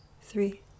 three